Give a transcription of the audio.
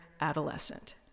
adolescent